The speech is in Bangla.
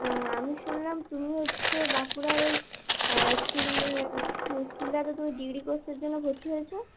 হ্যাঁ আমি শুনলাম তুমি হচ্ছে বাঁকুড়ার ওই অ্যা স্কুলে স্কুল স্কুলটাতে তুমি ডিগ্রী কোর্সের জন্য ভর্তি হয়েছ